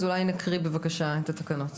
אז אולי נקריא בבקשה את התקנות.